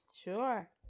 Sure